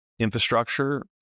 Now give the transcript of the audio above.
Infrastructure